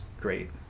great